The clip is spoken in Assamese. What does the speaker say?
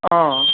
অঁ